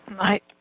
Right